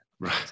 Right